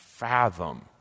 Fathom